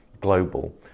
global